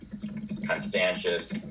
Constantius